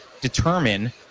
determine